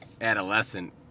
adolescent